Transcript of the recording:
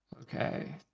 Okay